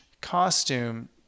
costume